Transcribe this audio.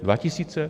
Dva tisíce?